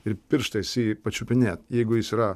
ir pirštais jį pačiupinėt jeigu jis yra